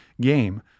game